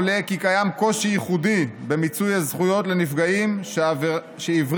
עולה כי קיים קושי ייחודי במיצוי הזכויות לנפגעים שעברית